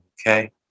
Okay